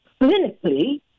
clinically